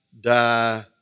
die